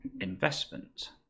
investment